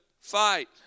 fight